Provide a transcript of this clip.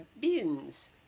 beans